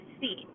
see